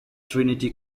trinity